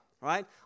Right